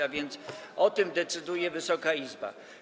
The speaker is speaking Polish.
A więc o tym decyduje Wysoka Izba.